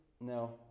No